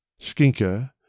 Skinker